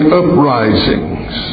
uprisings